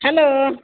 hello